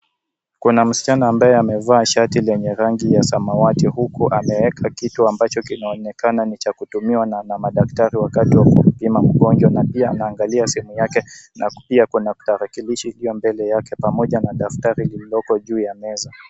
Kuna msichana ambaye amevaa shati lenye rangi ya samawati, huku ameweka kitu ambacho kinaonekana ni cha kutumiwa na madaktari wakati wa kumpima mgonjwa, na pia anaangalia simu yake, na pia kuna tarakilishi iliyo mbele yake, pamoja na daftari lililoko juu ya meza.